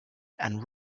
and